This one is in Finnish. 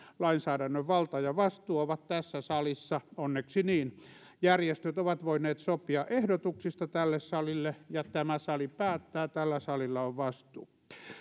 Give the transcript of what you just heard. lainsäädännön valta ja vastuu ovat tässä salissa onneksi niin järjestöt ovat voineet sopia ehdotuksista tälle salille ja tämä sali päättää tällä salilla on vastuu